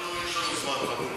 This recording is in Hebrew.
אנחנו יש לנו זמן.